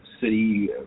City